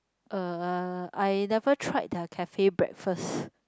uh I never tried their cafe breakfast